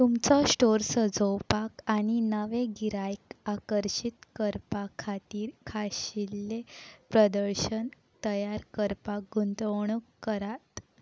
तुमचो स्टोर सजोवपाक आनी नवें गिरायक आकर्शीत करपा खातीर खाशिल्ले प्रदर्शन तयार करपाक गुंतवणूक करात